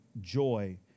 joy